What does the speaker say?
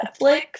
Netflix